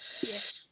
Yes